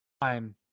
time